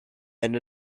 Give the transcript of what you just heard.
and